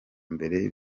mbere